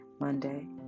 Monday